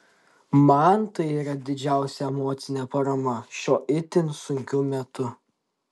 man tai yra didžiausia emocinė parama šiuo itin sunkiu metu